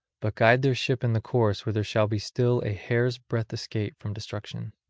but guide their ship in the course where there shall be still a hair's breadth escape from destruction.